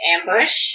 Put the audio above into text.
Ambush